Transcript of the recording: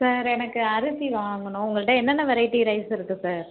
sir எனக்கு அரிசி வாங்கணும் உங்கள்கிட்ட என்னென்ன வெரைட்டி ரைஸ் இருக்குது சார்